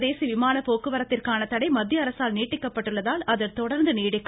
சர்வதேச விமான போக்குவரத்திற்கான தடை மத்திய நீட்டிக்கப்பட்டுள்ளதால் இது தொடா்ந்து நீடிக்கும்